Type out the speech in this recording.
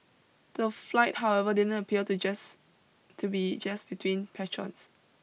the flight however didn't appear to just to be just between patrons